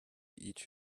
each